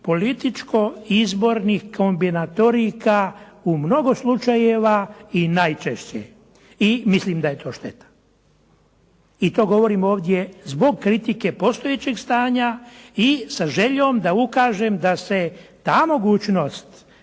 političko izbornih kombinatorika u mnogo slučajeva i najčešće i mislim da je to šteta. I to govorim ovdje zbog kritike postojećeg stanja i sa željom da ukažem da se ta mogućnost